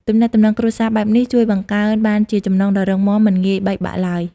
ទំនាក់ទំនងគ្រួសារបែបនេះ ជួយបង្កើតបានជាចំណងដ៏រឹងមាំមិនងាយបែកបាក់ឡើយ។